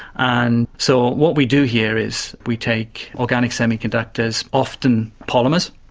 and so what we do here is we take organic semiconductors, often polymers,